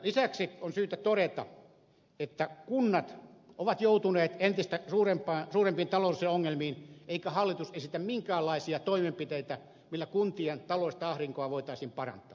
lisäksi on syytä todeta että kunnat ovat joutuneet entistä suurempiin taloudellisiin ongelmiin eikä hallitus esitä minkäänlaisia toimenpiteitä millä kuntien taloudellista ahdinkoa voitaisiin parantaa